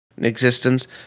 existence